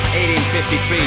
1853